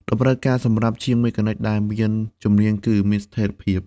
តម្រូវការសម្រាប់ជាងមេកានិកដែលមានជំនាញគឺមានស្ថេរភាព។